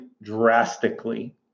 drastically